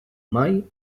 mai